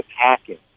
attacking